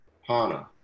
Hana